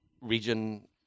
region